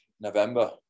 November